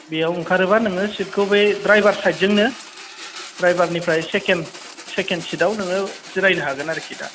बेयाव ओंखारोबा नोङो सिटखौ बै ड्राइभार साइटजोंनो ड्राइभारनिफ्राय सेकेण्ड सेकेण्ड सिटआव नोङो जिरायनो हागोन आरोखि दा